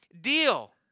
deal